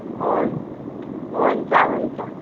हुन हुन्छ हुन्छ